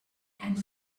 and